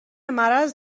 مرض